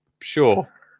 sure